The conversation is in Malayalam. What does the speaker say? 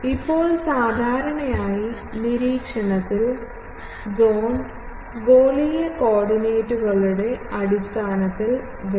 ഇപ്പോൾ സാധാരണയായി നിരീക്ഷണത്തിൽ സോൺ ഗോളീയ കോർഡിനേറ്റുകളുടെ അടിസ്ഥാനത്തിൽ വേണം